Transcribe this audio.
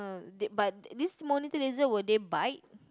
d~ but this monitor lizard will they bite